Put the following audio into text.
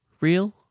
Real